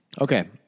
Okay